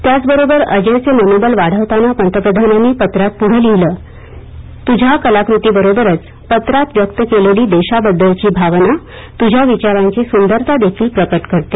त्याचबरोबर अजयचे मनोबल वाढवताना पंतप्रधानांनी पत्रात पुढे लिहिलं आहे तुझ्या कलाकृतीबरोबरच पत्रात व्यक्त केलेली देशाबद्दलची भावना तुझ्या विचारांची सुंदरता देखील प्रकट करते